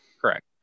Correct